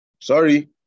Sorry